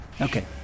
Okay